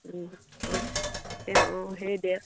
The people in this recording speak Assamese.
অঁ অঁ সেই